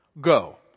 go